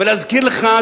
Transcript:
ולהזכיר לך,